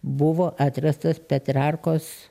buvo atrastas petrarkos